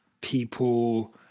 People